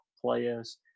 players